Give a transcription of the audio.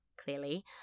clearly